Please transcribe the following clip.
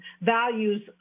values